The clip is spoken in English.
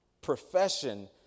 profession